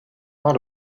out